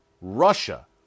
Russia